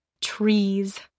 Trees